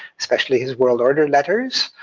especially his world order letters.